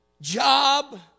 job